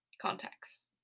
Contacts